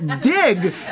dig